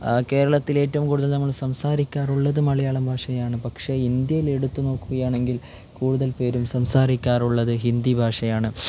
കേരളത്തിൽ ഏറ്റവും കൂടുതൽ നമ്മൾ സംസാരിക്കാറുള്ളത് മലയാള ഭാഷയാണ് പക്ഷേ ഇന്ത്യയിൽ എടുത്ത് നോക്കുകയാണെങ്കിൽ കൂടുതൽ പേരും സംസാരിക്കാറുള്ളത് ഹിന്ദി ഭാഷയാണ്